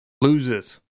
loses